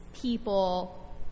people